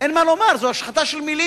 אין מה לומר, זו השחתה של מלים.